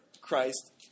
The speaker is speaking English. Christ